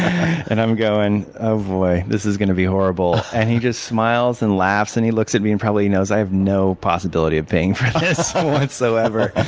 and i'm going, oh, boy, this is going to be horrible. and he just smiles and laughs, and he looks at me, and probably he knows i have no possibility of paying for this whatsoever.